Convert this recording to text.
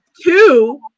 Two